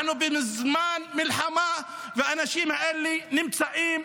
אנחנו בזמן מלחמה והאנשים האלה נמצאים